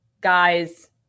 guys